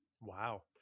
Wow